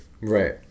Right